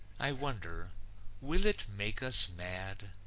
i wonder will it make us mad.